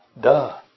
Duh